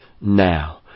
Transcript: now